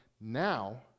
now